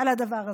על הדבר הזה,